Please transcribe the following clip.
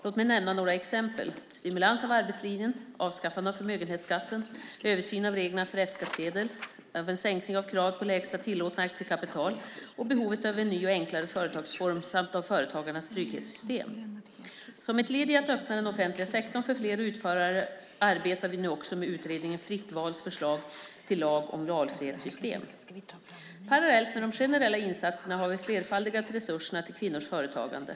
Låt mig nämna några exempel: stimulans av arbetslinjen, avskaffande av förmögenhetsskatten, översyn av reglerna för F-skattsedel, en sänkning av kravet på lägsta tillåtna aktiekapital och behovet av en ny och enklare företagsform samt av företagarnas trygghetssystem. Som ett led i att öppna den offentliga sektorn för fler utförare arbetar vi nu också med utredningen Fritt vals förslag till lag om valfrihetssystem. Parallellt med de generella insatserna har vi flerfaldigat resurserna till kvinnors företagande.